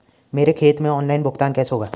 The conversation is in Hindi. मेरे खाते में ऑनलाइन भुगतान कैसे होगा?